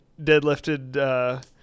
deadlifted